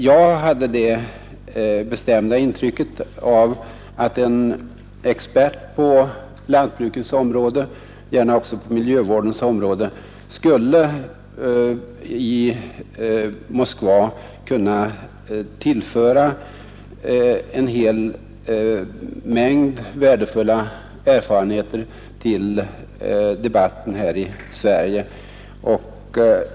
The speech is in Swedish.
Jag hade det bestämda intrycket att en expert på lantbrukets område, gärna också på skogsbrukets och miljövårdens områden, som placerades i Moskva skulle kunna tillföra debatten här i Sverige en mängd värdefulla uppgifter om vunna erfarenheter.